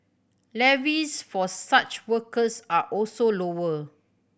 levies for such workers are also lower